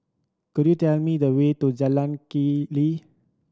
could you tell me the way to Jalan Keli